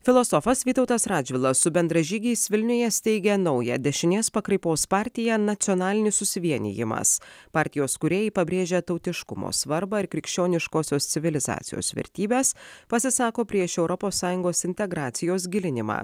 filosofas vytautas radžvilas su bendražygiais vilniuje steigia naują dešinės pakraipos partija nacionalinis susivienijimas partijos kūrėjai pabrėžia tautiškumo svarbą ir krikščioniškosios civilizacijos vertybes pasisako prieš europos sąjungos integracijos gilinimą